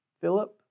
Philip